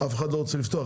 אף אחד לא רוצה לפתוח.